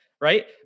Right